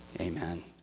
Amen